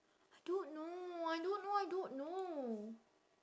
I don't know I don't know I don't know